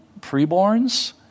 preborns